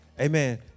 Amen